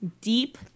deep